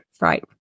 Right